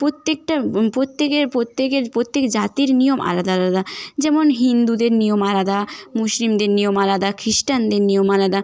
প্রত্যেকটা প্রত্যেকের প্রত্যেকের প্রত্যেক জাতির নিয়ম আলাদা আলাদা যেমন হিন্দুদের নিয়ম আলাদা মুসলিমদের নিয়ম আলাদা খ্রিস্টানদের নিয়ম আলাদা